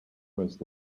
was